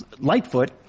Lightfoot